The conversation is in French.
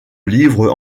livres